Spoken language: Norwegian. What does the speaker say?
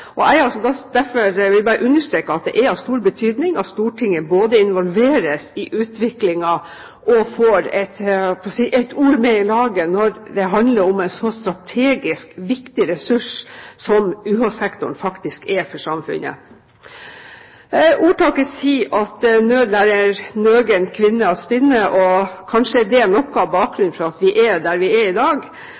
ute. Jeg vil derfor bare understreke at det er av stor betydning at Stortinget både involveres i utviklingen og får et ord med i laget når det handler om en så strategisk viktig ressurs som UH-sektoren faktisk er for samfunnet. Ordtaket sier: «Nød lærer naken kvinne å spinne», og kanskje er det noe av bakgrunnen for at vi er der vi er i dag.